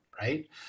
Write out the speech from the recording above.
right